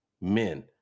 Men